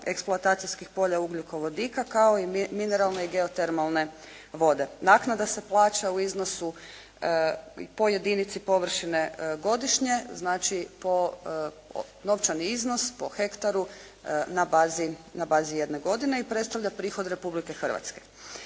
eksploatacijskih polja ugljikovodika kao i mineralne i geotermalne vode. Naknada se plaća u iznosu po jedinici površine godišnje, znači novčani iznos po hektaru na bazi jedne godine i predstavlja prihod Republike Hrvatske.